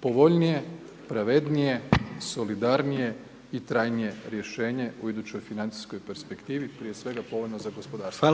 povoljnije, pravednije, solidarnije i trajnije rješenje u idućoj financijskoj perspektivi, prije svega povoljno za gospodarstvo.